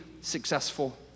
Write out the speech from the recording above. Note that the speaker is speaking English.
successful